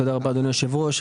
תודה רבה, אדוני היושב-ראש.